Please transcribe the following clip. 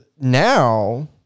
now